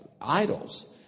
idols